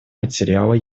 материала